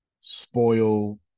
spoil